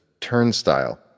turnstile